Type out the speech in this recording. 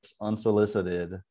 unsolicited